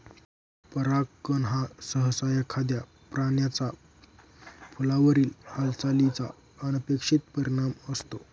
परागकण हा सहसा एखाद्या प्राण्याचा फुलावरील हालचालीचा अनपेक्षित परिणाम असतो